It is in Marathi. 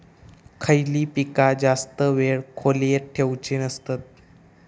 खयली पीका जास्त वेळ खोल्येत ठेवूचे नसतत?